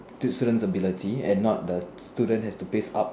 the students will be learning and not the students have to pace up